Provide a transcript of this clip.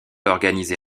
organisé